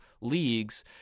leagues